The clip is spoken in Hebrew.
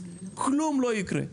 כלום לא יקרה,